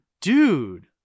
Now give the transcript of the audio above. Dude